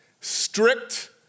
Strict